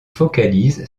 focalise